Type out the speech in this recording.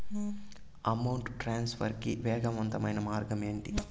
amount transfer కి వేగవంతమైన మార్గం ఏంటి